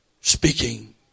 speaking